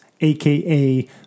aka